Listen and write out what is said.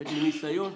ב, מניסיון,